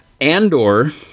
Andor